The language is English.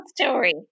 story